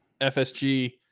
FSG